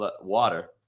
water